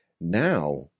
now